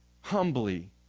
humbly